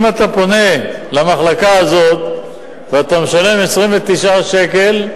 אם אתה פונה למחלקה הזאת ומשלם 29 שקל,